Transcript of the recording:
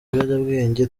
ibiyobyabwenge